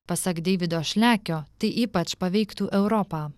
pasak deivido šlekio tai ypač paveiktų europą